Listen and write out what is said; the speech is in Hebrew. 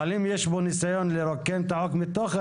אבל אם יש פה ניסיון לרוקן את החוק מתוכן,